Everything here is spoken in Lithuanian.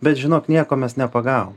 bet žinok nieko mes nepagavom